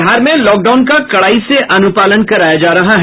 बिहार में लॉकडाउन का कड़ाई से अनुपालन कराया जा रहा है